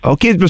Okay